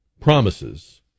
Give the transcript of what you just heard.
promises